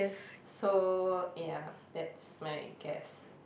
so ya that's my guess